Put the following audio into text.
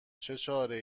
چاره